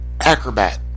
Acrobat